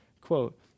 quote